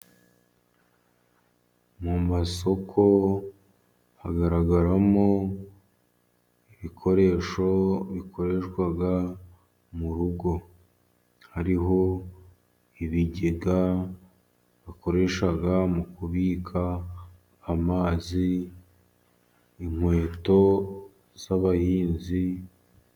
Mu masoko hagaragaramo ibikoresho bikoreshwa mu rugo, hariho ibigega bakoresha mu kubika amazi, inkweto z'abahinzi.